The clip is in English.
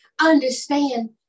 Understand